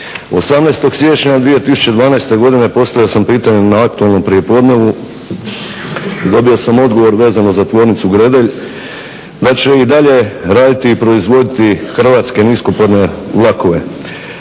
18. siječnja 2012. godine postavio sam pitanje na aktualnom prijepodnevu i dobio sam odgovor vezano za tvornicu Gredelj da će i dalje raditi i proizvoditi hrvatske niskopodne vlakove.